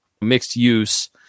mixed-use